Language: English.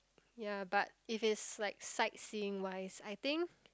ya but if is like sightseeing wise I think